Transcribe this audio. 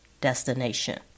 destination